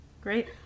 Great